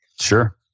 Sure